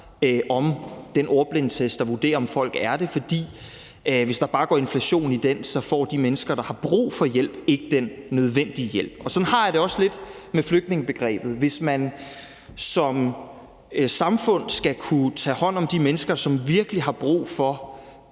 om den ordblindetest, der vurderer, om folk er det, for hvis der bare går inflation i den, får de mennesker, der har brug for hjælp, ikke den nødvendige hjælp. Sådan har jeg det også lidt med flygtningebegrebet. Hvis man som samfund skal kunne tage hånd om de mennesker, som virkelig har brug for